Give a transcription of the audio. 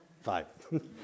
Five